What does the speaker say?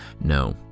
No